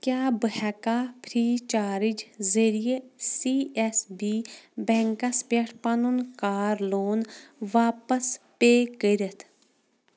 کیٛاہ بہٕ ہٮ۪کاہ فرٛی چارٕج ذٔریعہٕ سی اٮ۪س بی بٮ۪نٛکَس پٮ۪ٹھ پَنُن کار لون واپس پے کٔرِتھ